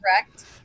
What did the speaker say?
correct